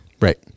Right